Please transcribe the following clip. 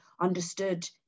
understood